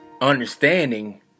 understanding